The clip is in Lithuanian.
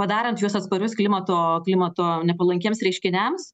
padarant juos atsparius klimato klimato nepalankiems reiškiniams